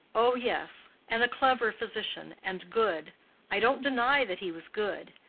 oh, yes and a clever physician and good i don't deny that he was good.